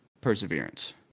Perseverance